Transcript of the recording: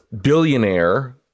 billionaire